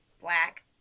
black